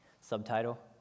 subtitle